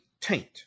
taint